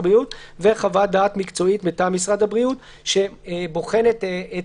הבריאות וחוות דעת מקצועית מטעם משרד הבריאות שבוחנת את